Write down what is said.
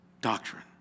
doctrine